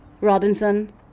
Robinson